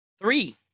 Three